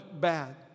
bad